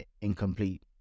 incomplete